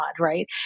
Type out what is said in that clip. right